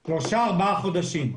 שלושה, ארבעה חודשים.